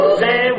say